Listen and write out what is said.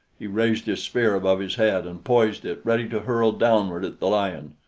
he raised his spear above his head and poised it ready to hurl downward at the lion.